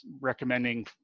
recommending